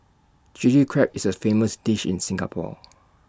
Chilli Crab is A famous dish in Singapore